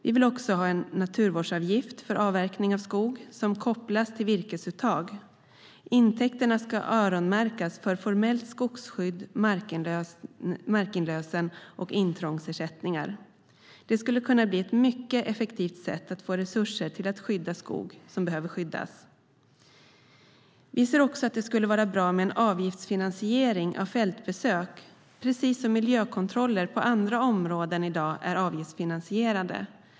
Vi vill också ha en naturvårdsavgift för avverkning av skog, och den bör kopplas till virkesuttag. Intäkterna ska öronmärkas för formellt skogsskydd, markinlösen och intrångsersättningar. Det skulle kunna bli ett mycket effektivt sätt att få resurser till att skydda skog som behöver skyddas. Vi ser också att det skulle vara bra med en avgiftsfinansiering av fältbesök, precis som miljökontroller på andra områden i dag är avgiftsfinansierade.